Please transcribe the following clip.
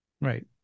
Right